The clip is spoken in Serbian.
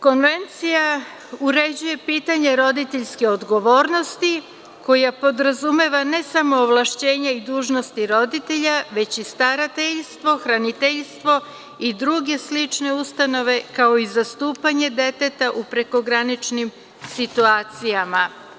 Konvencija uređuje pitanje roditeljske odgovornosti koja podrazumeva ne samo ovlašćenja i dužnosti roditelja, već i starateljstvo, hraniteljstvo i druge slične ustanove, kao i zastupanje deteta u prekograničnim situacijama.